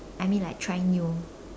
I mean like trying new